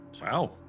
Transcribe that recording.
Wow